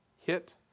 Hit